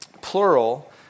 plural